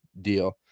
deal